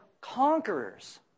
conquerors